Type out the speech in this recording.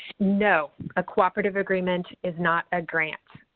no. a cooperative agreement is not a grant.